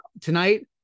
tonight